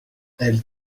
elle